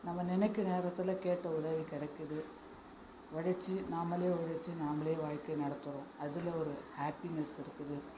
நம்ம நினைக்கிற நேரத்தில் கேட்ட உதவி கிடைக்குது உழைச்சு நாமளே உழைச்சு நாமளே வாழ்க்கையை நடத்துகிறோம் அதில் ஒரு ஹேப்பினஸ் இருக்குது